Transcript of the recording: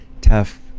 tough